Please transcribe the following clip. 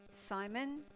Simon